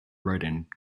writing